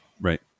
right